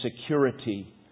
security